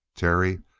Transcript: terry.